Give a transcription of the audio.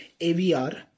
AVR